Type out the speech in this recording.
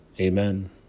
Amen